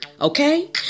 Okay